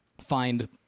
find